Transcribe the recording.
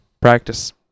Practice